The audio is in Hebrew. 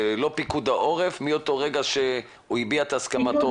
זה לא פיקוד העורף מאותו רגע שהחולה הביע את הסכמתו?